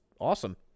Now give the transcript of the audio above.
awesome